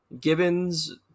gibbons